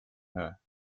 her